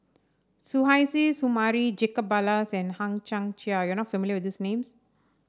Suzairhe Sumari Jacob Ballas and Hang Chang Chieh you are not familiar with these names